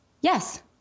yes